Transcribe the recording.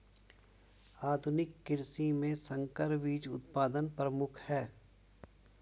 आधुनिक कृषि में संकर बीज उत्पादन प्रमुख है